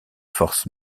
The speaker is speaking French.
forces